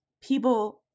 people